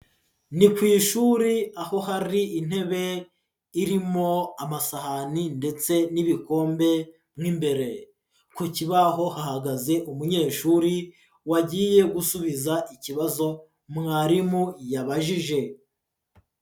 Ni ku ishuri aho hari intebe irimo amasahani ndetse n'ibikombe mo imbere. Ku kibaho hahagaze umunyeshuri wagiye gusubiza ikibazo mwarimu yabajije.